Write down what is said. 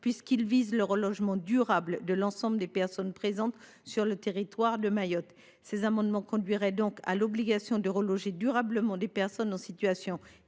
moins que le relogement durable de l’ensemble des personnes présentes sur le territoire de Mayotte. Cela instaurerait donc une obligation de reloger durablement des personnes en situation